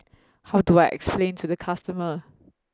how do I explain to the customer